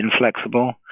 inflexible